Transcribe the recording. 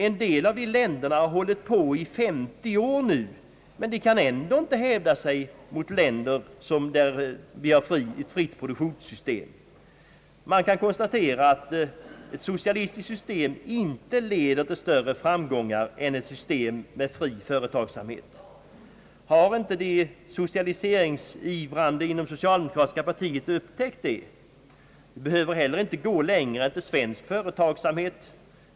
En del av dessa länder har hållit på i femtio år nu men kan ändå inte hävda sig mot länder med ett friare produktionssystem. Man kan konstatera att ett socialistiskt system icke leder till större framsteg än ett system med fri företagsamhet. Har inte de socialiseringsivrande inom socialdemokratiska partiet upptäckt detta? Vi behöver heller inte gå längre än till svensk företagsamhet.